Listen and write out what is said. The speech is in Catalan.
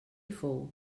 fou